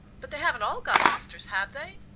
but they haven't all got sisters, have they?